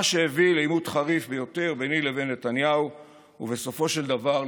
מה שהביא לעימות חריף ביותר ביני לבין נתניהו ובסופו של דבר להתפטרותי.